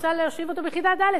אני רוצה להושיב אותו בכיתה ד'.